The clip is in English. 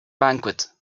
banquet